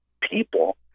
people